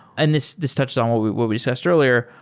and this this touched on what we what we said earlier,